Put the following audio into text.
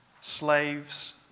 slaves